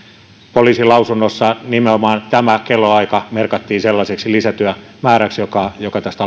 poliisilausunnossa nimenomaan tämä kellonaika merkattiin sellaiseksi lisätyömääräksi joka joka tästä